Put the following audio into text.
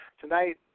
Tonight